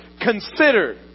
consider